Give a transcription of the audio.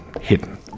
hidden